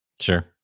sure